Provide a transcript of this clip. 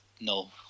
no